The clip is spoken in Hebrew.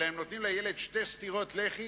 אלא נותנים לילד שתי סטירות לחי,